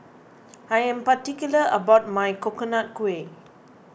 I am particular about my Coconut Kuih